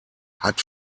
hat